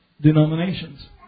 denominations